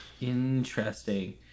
interesting